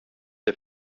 der